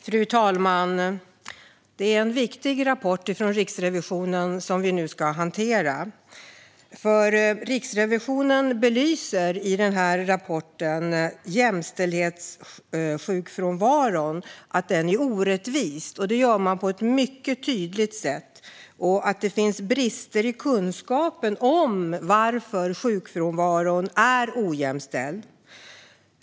Fru talman! Det är en viktig rapport från Riksrevisionen som vi nu hanterar. I rapporten om jämställd sjukfrånvaro belyser Riksrevisionen nämligen på ett mycket tydligt sätt att sjukfrånvaron är orättvis - och att det finns brister i kunskapen om varför sjukfrånvaron är ojämställd.